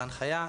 בהנחיה,